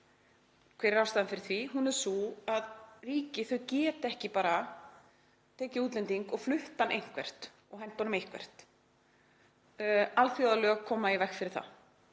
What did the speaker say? Hver er ástæðan fyrir því? Hún er sú að ríki geta ekki bara tekið útlending og flutt hann eitthvert og hent honum eitthvert. Alþjóðalög koma í veg fyrir það